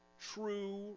true